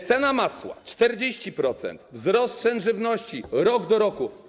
Cena masła o 40%, wzrost cen żywności rok do roku.